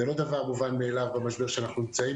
זה לא דבר מובן מאליו במשבר שאנחנו נמצאים,